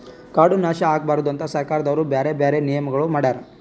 ಕಾಡು ನಾಶ ಆಗಬಾರದು ಅಂತ್ ಸರ್ಕಾರವು ಬ್ಯಾರೆ ಬ್ಯಾರೆ ನಿಯಮಗೊಳ್ ಮಾಡ್ಯಾರ್